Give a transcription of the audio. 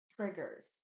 triggers